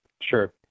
Sure